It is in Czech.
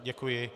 Děkuji.